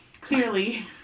Clearly